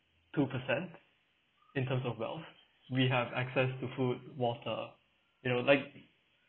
two per cent in terms of wealth we have access to food water you know like